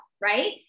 right